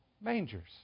Mangers